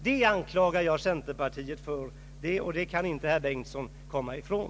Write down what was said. Det anklagar jag centerpartiet för, och det kan inte herr Bengtson komma ifrån.